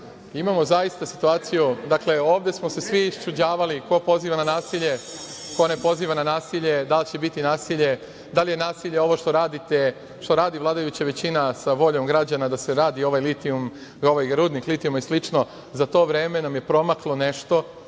imamo zaista situaciju, dakle, ovde smo se svi iščuđavali ko poziva na nasilje, ko ne poziva na nasilje, da li će biti nasilje, da li je nasilje ovo što radi vladajuća većina sa voljom građana da se radi rudnik litijuma i slično, za to vreme nam je promaklo nešto